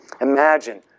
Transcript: Imagine